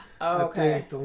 Okay